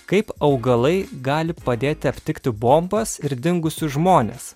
kaip augalai gali padėti aptikti bombas ir dingusius žmones